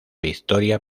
victoria